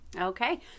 Okay